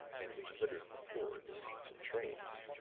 and which litters the floor and the seats in trains.